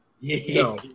No